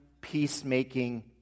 peacemaking